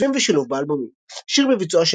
ביצועים ושילוב באלבומים השיר בביצועה